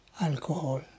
alcohol